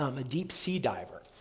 um a deep sea diver.